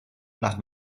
nach